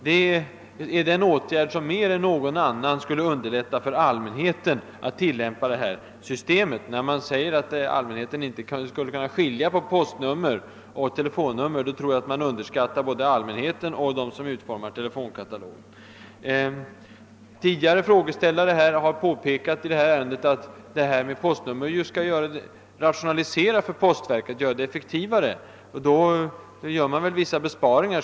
Det är annars den åtgärd som mer än någon annan skulle underlätta för allmänheten att tillämpa postnummersystemet. När man påstår att allmänheten inte skulle kunna skilja på postnummer och telefonnummer tror jag att man underskattar både allmänheten och dem som utformar telefonkatalogen. Tidigare frågeställare i detta ärende har påpekat att systemet med postnummer ju skall innebära en rationalisering för postverket och göra dess arbete effektivare. Då gör väl postverket vissa besparingar.